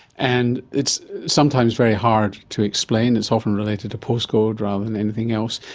and it's sometimes very hard to explain, it's often related to postcode rather than anything else,